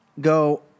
go